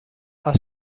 are